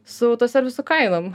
su autoservisų kainom